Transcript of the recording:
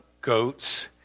goats